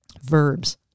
verbs